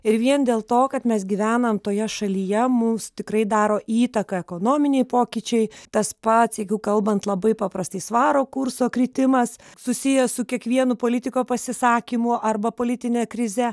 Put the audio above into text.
ir vien dėl to kad mes gyvenam toje šalyje mums tikrai daro įtaką ekonominiai pokyčiai tas pats jeigu kalbant labai paprastai svaro kurso kritimas susijęs su kiekvienu politiko pasisakymu arba politine krize